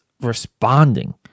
responding